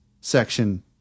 section